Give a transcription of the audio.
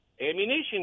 ammunition